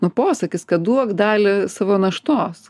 nu posakis kad duok dalį savo naštos